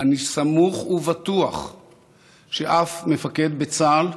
אני סמוך ובטוח שאף מפקד בצה"ל,